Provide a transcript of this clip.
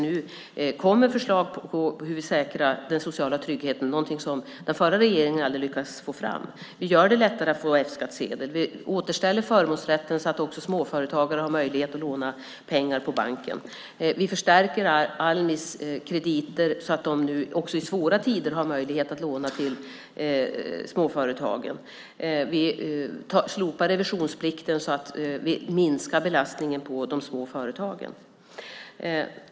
Nu kommer det förslag om hur vi säkrar den sociala tryggheten, något som den förra regeringen aldrig lyckades få fram. Vi gör det lättare att få F-skattsedel. Vi återställer förmånsrätten så att också småföretagare har möjlighet att låna pengar på banken. Vi förstärker Almis krediter så att de också i svåra tider har möjlighet att låna ut till småföretag. Vi slopar revisionsplikten så att vi minskar belastningen på de små företagen.